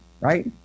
Right